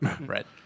Right